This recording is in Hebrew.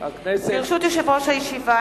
ברשות יושב-ראש הישיבה,